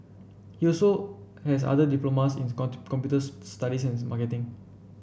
he also has other diplomas in computer studies and marketing